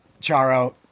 Charo